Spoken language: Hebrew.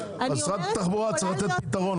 משרד התחבורה צריך לתת פתרון.